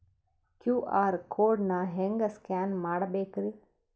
QR code ನಾ ಹೆಂಗ scan ಮಾಡಬೇಕ್ರಿ?